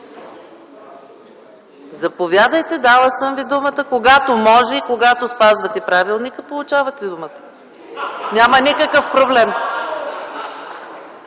Заповядайте. Дала съм Ви думата. Когато може и когато спазвате правилника, получавате думата - няма никакъв проблем.